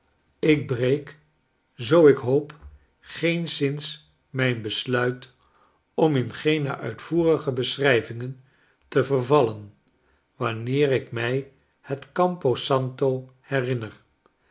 ik breek zoo ik hoop geenszins mijn besluit om in geene uitvoerige beschrijvingen te vervallen wanneer ik my het campo santo herinner